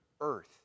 earth